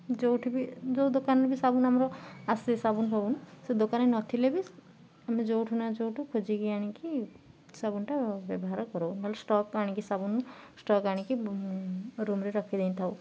ଯେଉଁଠି ବି ଯେଉଁ ଦୋକାନରେ ବି ସାବୁନ ଆମର ଆସେ ସାବୁନ ଫାବୁନ ସେ ଦୋକାନରେ ନଥିଲେ ବି ଆମେ ଯେଉଁଠୁ ନା ଯେଉଁଠୁ ଖୋଜିକି ଆଣିକି ସାବୁନଟା ବ୍ୟବହାର କରୁ ନହେଲେ ଷ୍ଟକ୍ ଆଣିକି ସାବୁନ ଷ୍ଟକ୍ ଆଣିକି ରୁମ୍ରେ ରଖିଦେଇଥାଉ